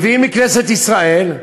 לכנסת ישראל,